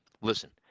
Listen